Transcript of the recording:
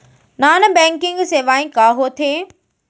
Non banking सेवाएं का होथे?